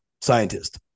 scientist